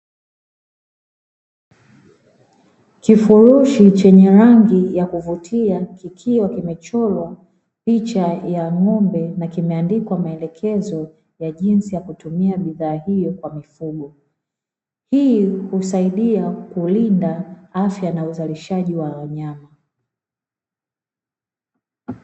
Kifurushi chenye rangi ya kuvutia kikiwa kimechorwa rangi ya ng'ombe, na kikiwa kimeandikwa maelekezo jinsi ya kutumia bidhaa hio kwa mifugo hii kusaidia kulinda afya na uzalishaji wa wanyama.